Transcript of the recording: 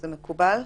זה מקובל?